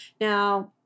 Now